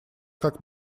как